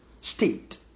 state